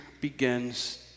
begins